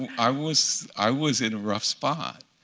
i was i was in a rough spot.